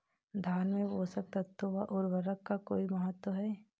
धान में पोषक तत्वों व उर्वरक का कोई महत्व है?